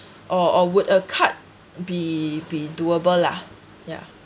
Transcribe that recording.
or or would a card be be doable lah yeah